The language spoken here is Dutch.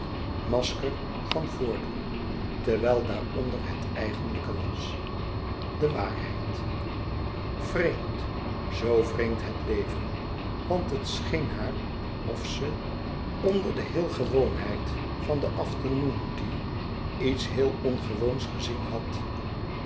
masker van voordoen terwijl daaronder het eigenlijke was de waarheid vreemd zoo vreemd het leven want het scheen haar of ze onder de heel gewoonheid van die afternoon-tea iets heel ongewoons gezien had